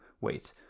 wait